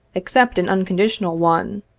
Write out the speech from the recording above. except an unconditional one,